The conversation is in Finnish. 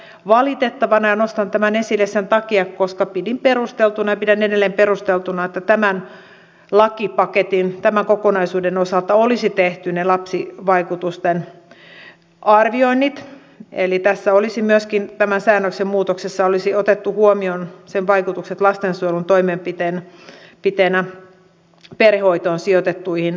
pidän tätä valitettavana ja nostan tämän esille sen takia koska pidin perusteltuna ja pidän edelleen perusteltuna että tämän lakipaketin tämän kokonaisuuden osalta olisi tehty lapsivaikutusten arvioinnit eli myöskin tämän säännöksen muutoksessa olisi otettu huomioon sen vaikutukset lastensuojelun toimenpiteenä perhehoitoon sijoitettuihin lapsiin